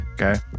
Okay